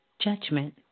judgment